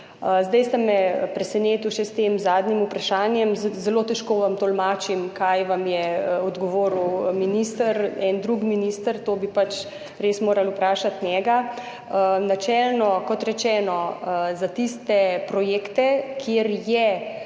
Zdaj ste me presenetili še s tem zadnjim vprašanjem. Zelo težko vam tolmačim, kaj vam je odgovoril minister, en drug minister, to bi pač res morali vprašati njega. Načelno, kot rečeno, za tiste projekte, kjer je